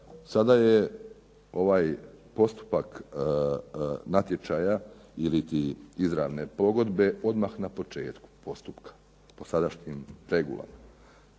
sada je ovaj postupak natječaja iliti izravne pogodbe odmah na početku postupak po sadašnjim regulama.